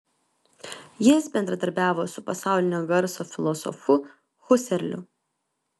jis bendradarbiavo su pasaulinio garso filosofu huserliu